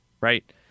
right